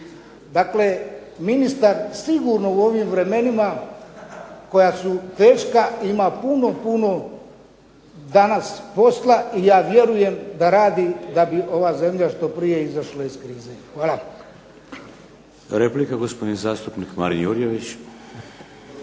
Dakle, ministar sigurno u ovim vremenima koja su teška ima puno, puno danas posla i ja vjerujem da radi da bi ova zemlja što prije izašla iz krize. Hvala. **Šeks, Vladimir (HDZ)** Replika, gospodin zastupnik Marin Jurjević.